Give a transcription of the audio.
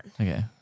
Okay